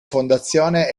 fondazione